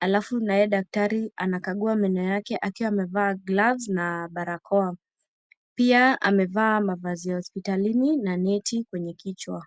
alafu naye daktari anakagua meno yake akiwa amevaa gloves na barakoa. Pia amevaa mavazi ya hospitalini na neti kwenye kichwa.